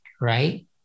right